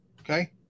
okay